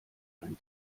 ein